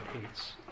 hates